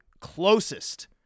closest